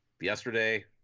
yesterday